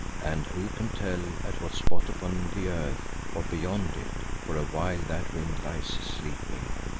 and who can tell at what spot upon the earth, or beyond it, for a while that wind lies sleeping?